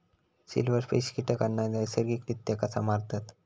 Silverfish कीटकांना नैसर्गिकरित्या कसा मारतत?